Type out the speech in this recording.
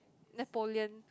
Napoleon